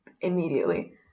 immediately